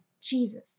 jesus